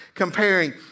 comparing